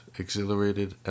exhilarated